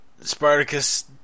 Spartacus